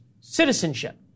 citizenship